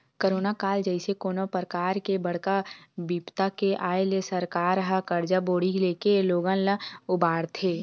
corona काल जइसे कोनो परकार के बड़का बिपदा के आय ले सरकार ह करजा बोड़ी लेके लोगन ल उबारथे